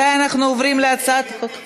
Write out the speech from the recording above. אנחנו עוברים להצעת חוק,